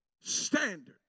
standard